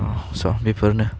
अह स बेफोरनो